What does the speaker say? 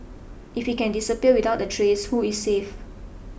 if he can disappear without a trace who is safe